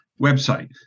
website